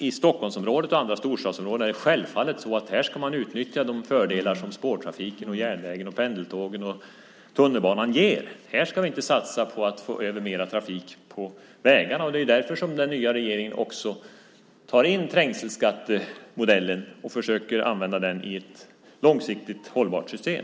I Stockholmsområdet och andra storstadsområden är det självfallet så att man ska utnyttja de fördelar som spårtrafiken - järnvägen, pendeltågen och tunnelbanan - ger. Här ska vi inte satsa på att få över mer trafik på vägarna. Det är därför som den nya regeringen också tar in trängselskattemodellen och försöker använda den i ett långsiktigt hållbart system.